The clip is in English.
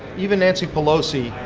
even nancy pelosi,